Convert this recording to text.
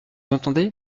entendez